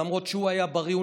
למרות שהוא היה בריא,